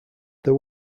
there